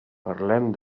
parlem